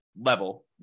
level